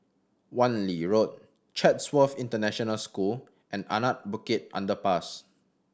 Wan Lee Road Chatsworth International School and Anak Bukit Underpass